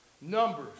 numbers